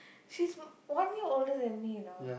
she's one year older than me you know